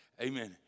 Amen